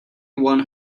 one